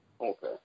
Okay